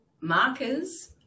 markers